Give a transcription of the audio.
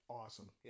awesome